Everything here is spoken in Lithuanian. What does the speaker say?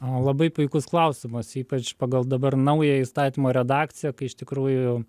labai puikus klausimas ypač pagal dabar naują įstatymo redakciją kai iš tikrųjų